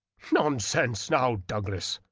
nonsense, now, douglas!